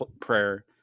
prayer